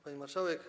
Pani Marszałek!